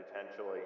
potentially